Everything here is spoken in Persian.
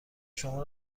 شما